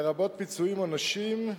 לרבות פיצויים עונשיים.